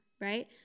right